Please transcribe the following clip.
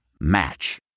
Match